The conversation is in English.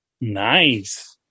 Nice